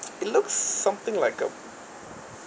it looks something like a